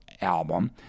album